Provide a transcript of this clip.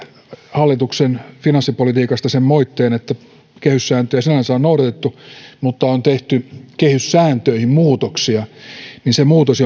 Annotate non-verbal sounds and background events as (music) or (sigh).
hallituksen finanssipolitiikasta sen moitteen että kehyssääntöä sinänsä on noudatettu mutta on tehty kehyssääntöihin muutoksia niin se muutos (unintelligible)